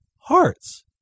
hearts